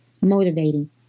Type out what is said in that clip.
motivating